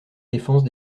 défense